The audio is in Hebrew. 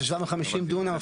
750 דונם,